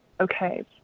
okay